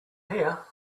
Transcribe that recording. here